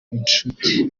inshuti